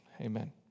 Amen